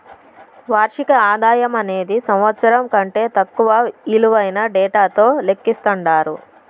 వార్షిక ఆదాయమనేది సంవత్సరం కంటే తక్కువ ఇలువైన డేటాతో లెక్కిస్తండారు